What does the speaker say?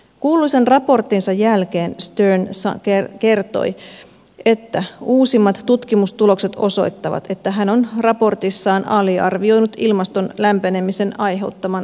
kuuluisan raporttinsa jälkeen stern kertoi että uusimmat tutkimustulokset osoittavat että hän on raportissaan aliarvioinut ilmaston lämpenemisen aiheuttaman uhan